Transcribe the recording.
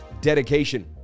dedication